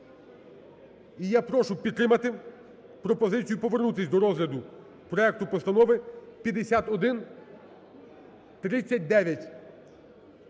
І я прошу підтримати пропозицію повернутись до розгляду проекту Постанови 5139.